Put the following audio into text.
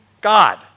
God